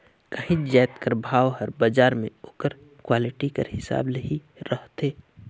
काहींच जाएत कर भाव हर बजार में ओकर क्वालिटी कर हिसाब ले ही रहथे